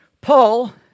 Paul